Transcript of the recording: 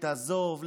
תעזוב.